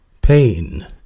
Pain